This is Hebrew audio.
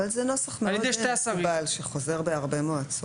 אבל זה נוסח מאוד מקובל שחוזר בהרבה מועצות,